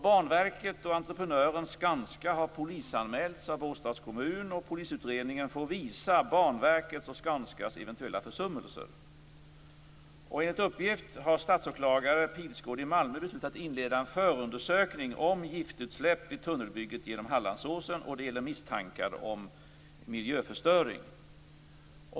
Banverket och entreprenören Skanska har polisanmälts av Båstads kommun, och polisutredningen får visa Banverkets och Skanskas eventuella försummelser. Enligt uppgift har statsåklagare Pihlsgård i Malmö beslutat inleda en förundersökning om giftutsläpp vid tunnelbygget genom Hallandsåsen. Det gäller misstankar om miljöförstöring.